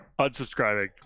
Unsubscribing